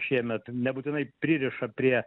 šiemet nebūtinai pririša prie